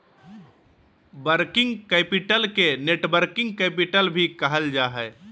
working capital के networking capital भी कहल जा हय